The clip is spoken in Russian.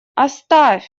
оставь